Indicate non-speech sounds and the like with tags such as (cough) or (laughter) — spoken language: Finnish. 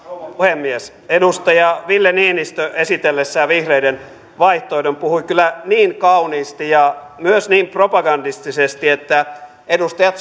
puhemies edustaja ville niinistö esitellessään vihreiden vaihtoehdon puhui kyllä niin kauniisti ja myös niin propagandistisesti että edustajat (unintelligible)